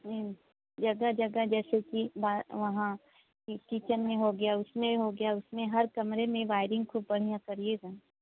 हूँ ज़गह ज़गह जैसे कि बा वहाँ किचन में हो गया उसमें हो गया उसमें हो गया हर कमरे में वायरिन्ग खूब बढ़ियाँ करिएगा